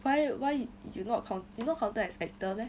why why you not count~ you not counted as actor meh